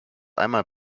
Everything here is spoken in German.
einmal